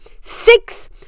six